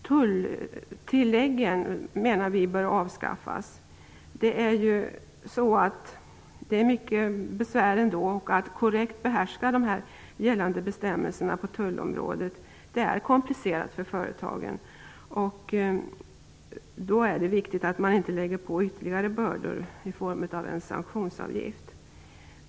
Tulltilläggen menar vi bör avskaffas. Det är mycket besvärligt att korrekt behärska de gällande bestämmelserna på tullområdet. Det är komplicerat för företagen, och då är det viktigt att man inte lägger på ytterligare bördor i form av en sanktionsavgift.